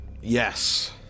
Yes